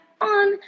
on